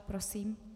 Prosím.